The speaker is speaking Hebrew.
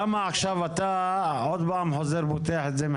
למה עכשיו אתה שוב חוזר ופותח את זה?